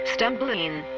Stumbling